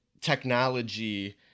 technology